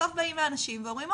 שבסוף באים לאנשים ואומרים,